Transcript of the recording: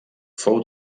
fou